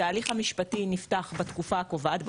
שההליך המשפטי נפתח בתקופה הקובעת,